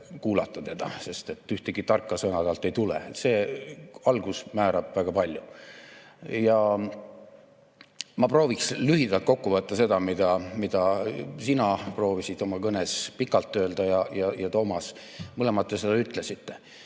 kuulata teda, sest ühtegi tarka sõna talt ei tule. See algus määrab väga palju. Ma prooviksin lühidalt kokku võtta seda, mida sina proovisid oma kõnes pikalt öelda ja ka Toomas, mõlemad te seda ütlesite.